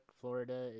florida